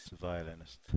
violinist